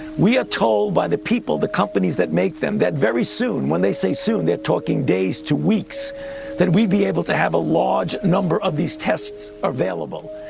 we are told by the people, the companies that make them, that very soon when they say soon, they're talking days to weeks that we'd be able to have a large number of these tests available.